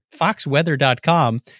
Foxweather.com